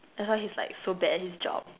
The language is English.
that's why he's like so bad at his job